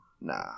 Nah